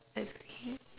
agreed